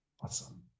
awesome